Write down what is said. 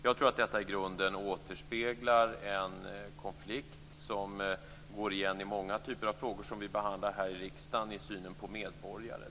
Jag tror att detta i grunden återspeglar en konflikt som går igen i många typer av frågor som vi behandlar här i riksdagen när det gäller synen på medborgare.